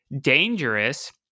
dangerous